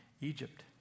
Egypt